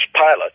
pilot